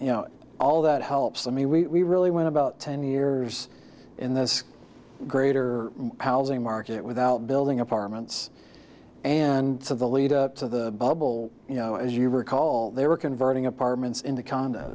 you know all that helps i mean we really went about ten years in this greater housing market without building apartments and so the lead up to the bubble you know as you recall they were converting apartments into c